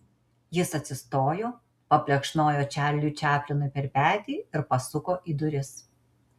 jis atsistojo paplekšnojo čarliui čaplinui per petį ir pasuko į duris